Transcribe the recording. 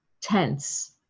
tense